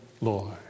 Lord